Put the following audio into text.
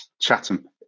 Chatham